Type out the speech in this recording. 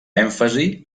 èmfasi